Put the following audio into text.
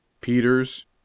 Peters